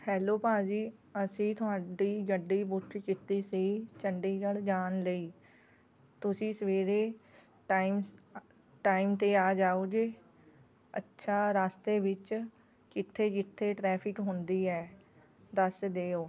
hello ਭਾਅ ਜੀ ਅਸੀਂ ਤੁਹਾਡੀ ਗੱਡੀ ਬੁੱਕ ਕੀਤੀ ਸੀ ਚੰਡੀਗੜ੍ਹ ਜਾਣ ਲਈ ਤੁਸੀਂ ਸਵੇਰੇ ਟਾਈਮ ਟਾਈਮ 'ਤੇ ਆ ਜਾਓਗੇ ਅੱਛਾ ਰਸਤੇ ਵਿੱਚ ਕਿੱਥੇ ਕਿੱਥੇ ਟਰੈਫ਼ਿਕ ਹੁੰਦੀ ਹੈ ਦੱਸ ਦਿਓ